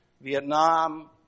Vietnam